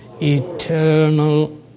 Eternal